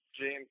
James